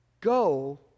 Go